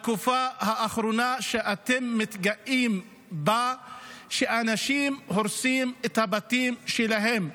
שאתם מתגאים בה, שאנשים, הורסים את הבתים שלהם.